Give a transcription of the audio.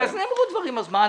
אז נאמרו דברים, אז מה?